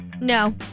No